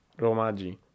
romaji